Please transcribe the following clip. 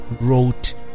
wrote